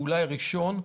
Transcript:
ואולי ראשון,